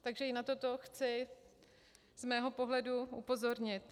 Takže i na toto chci ze svého pohledu upozornit.